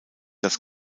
das